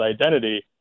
identity